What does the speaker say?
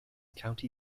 county